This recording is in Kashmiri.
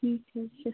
ٹھیٖک ٹھیٖک چھُ